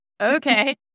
Okay